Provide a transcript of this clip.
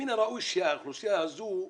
מן הראוי שהאוכלוסייה הזאת ,